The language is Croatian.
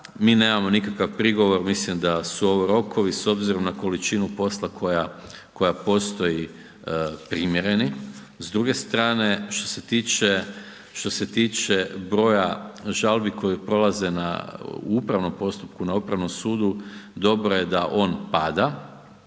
mi nemamo nikakav prigovor, mislim da su ovo rokovi s obzirom na količinu posla koja postoji primjereni, s druge strane što se tiče broja žalbi koji prolaze u upravnom postupku na upravnom sudu, dobro je da on pada